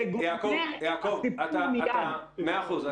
מאה אחוז.